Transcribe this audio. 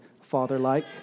father-like